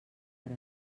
per